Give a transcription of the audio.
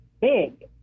big